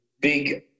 big